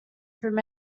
through